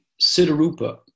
Siddharupa